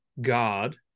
God